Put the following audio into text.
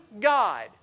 God